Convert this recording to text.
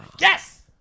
Yes